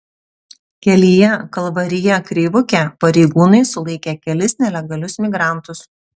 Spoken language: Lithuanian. kelyje kalvarija kreivukė pareigūnai sulaikė kelis nelegalius migrantus